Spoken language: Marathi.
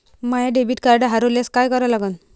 माय डेबिट कार्ड हरोल्यास काय करा लागन?